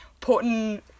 putting